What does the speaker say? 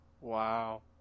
Wow